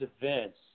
events